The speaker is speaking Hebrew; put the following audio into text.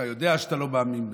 אתה יודע שאתה לא מאמין בזה,